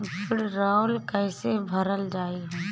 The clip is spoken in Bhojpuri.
भीडरौल कैसे भरल जाइ?